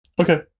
Okay